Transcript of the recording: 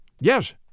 Yes